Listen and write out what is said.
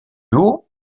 haut